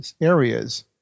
areas